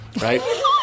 right